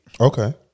Okay